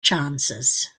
chances